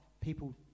people